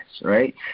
right